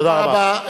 תודה רבה.